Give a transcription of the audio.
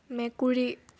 মেকুৰী